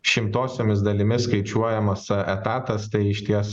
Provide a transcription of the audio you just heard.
šimtosiomis dalimis skaičiuojamas etatas tai išties